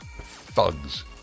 Thugs